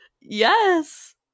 Yes